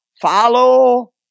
follow